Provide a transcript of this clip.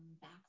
back